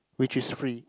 which is free